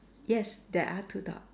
yes there are two dogs